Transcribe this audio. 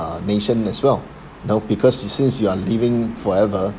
nation as well you know because since you are living forever